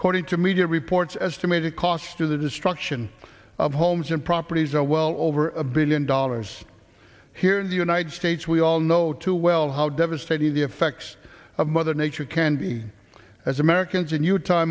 according to media reports as to made a cost to the destruction of homes and properties are well over a billion dollars here in the united states we all know too well how devastating the effects of mother nature can be as americans in utah